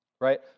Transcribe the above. Right